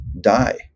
die